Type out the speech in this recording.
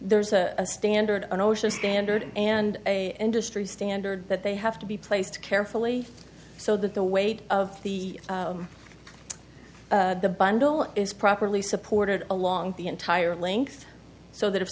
there's a standard an osha standard and a industry standard that they have to be placed carefully so that the weight of the the bundle is properly supported along the entire length so that if